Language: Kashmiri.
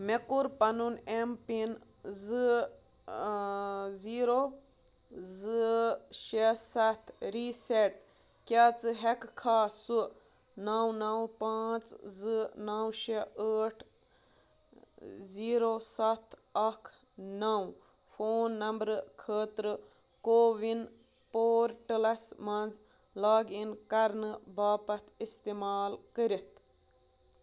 مےٚ کوٚر پَنُن ایم پِن زٕ زیٖرو زٕ شےٚ سَتھ ریٖسیٹ کیٛاہ ژٕ ہیٚککھا سُہ نو نو پانژھ زٕ نو شےٚ ٲٹھ زیٖرو سَتھ اکھ نو فون نمبرٕ خٲطرٕ کووِن پورٹلس مَنٛز لاگ اِن کرنہٕ باپتھ استعمال کٔرِتھ